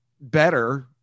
better